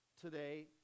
today